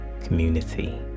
community